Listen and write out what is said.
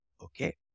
Okay